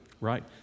right